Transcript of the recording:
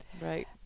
right